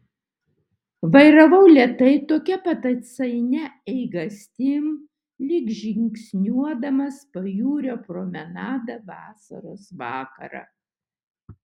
vairavau lėtai tokia pat atsainia eigastim lyg žingsniuodamas pajūrio promenada vasaros vakarą